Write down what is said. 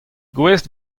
gouest